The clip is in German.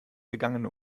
gegangen